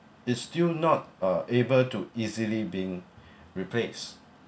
it's still not uh able to easily being replaced